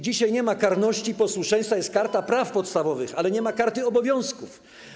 Dzisiaj nie ma karności, posłuszeństwa, jest Karta Praw Podstawowych, ale nie ma karty obowiązków.